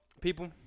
people